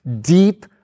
Deep